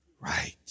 right